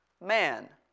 man